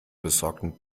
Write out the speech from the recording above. besorgten